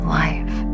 life